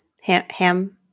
Ham